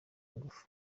ingufu